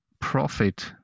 profit